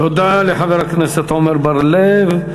תודה לחבר הכנסת עמר בר-לב.